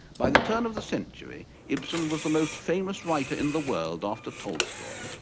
by the turn of the century, ibsen was the most famous writer in the world after tolstoy.